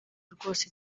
rwose